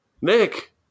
Nick